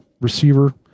receiver